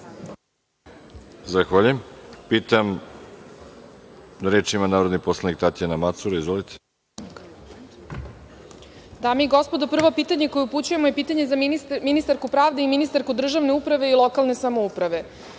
Zahvaljujem. Reč ima narodni poslanik Tatjana Macura. Izvolite. **Tatjana Macura** Dame i gospodo, prvo pitanje koje upućujemo je pitanje za ministarku pravde i ministarku državne uprave i lokalne samouprave. Naime,